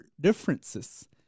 differences